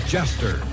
Jester